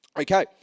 Okay